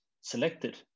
selected